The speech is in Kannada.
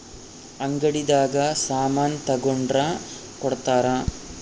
ಅಂಗಡಿ ದಾಗ ಸಾಮನ್ ತಗೊಂಡ್ರ ಕೊಡ್ತಾರ